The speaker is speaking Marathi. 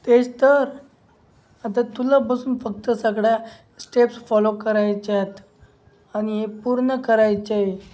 तेच तर आता तुला बसून फक्त सगळ्या स्टेप्स फॉलो करायच्या आहेत आणि हे पूर्ण करायचे आहे